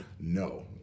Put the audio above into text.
no